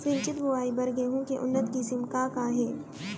सिंचित बोआई बर गेहूँ के उन्नत किसिम का का हे??